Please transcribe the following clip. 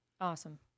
Awesome